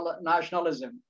nationalism